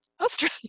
Australia